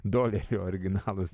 dolerių originalūs